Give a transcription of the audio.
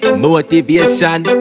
motivation